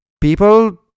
people